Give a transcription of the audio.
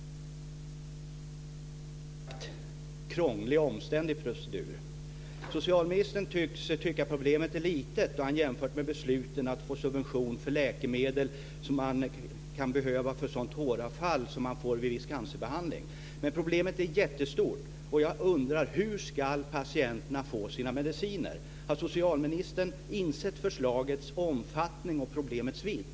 Det är en minst sagt krånglig och omständlig procedur. Socialministern verkar tycka att problemet är litet och jämför med besluten om att få subvention för läkemedel som kan behövas vid sådant håravfall som uppstår vid viss cancerbehandling. Problemet är jättestort. Jag undrar hur patienterna ska få sina mediciner. Har socialministern insett förslagets omfattning och problemets vidd?